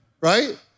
right